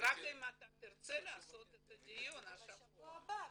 --- רק אם אתה תרצה לעשות את הדיון השבוע.